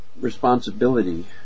responsibility